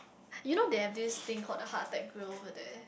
you know they have this thing called the heart attack grill over there